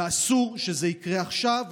ואסור שזה יקרה עכשיו.